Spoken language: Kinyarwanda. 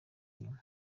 inyuma